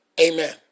amen